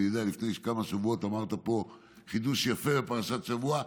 לפני כמה שבועות אמרת פה חידוש יפה על פרשת השבוע.